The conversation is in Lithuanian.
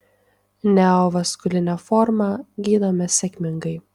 neovaskulinę formą gydome sėkmingai